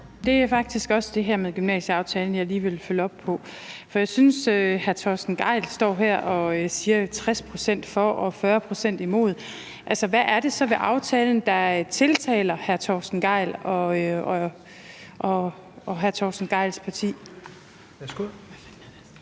Det er faktisk også det her med gymnasieaftalen, jeg lige vil følge op på. For jeg synes, at hr. Torsten Gejl står her og siger 60 pct. for og 40 pct. imod. Altså, hvad er det så ved aftalen, der tiltaler hr. Torsten Gejl og hr. Torsten Gejls parti?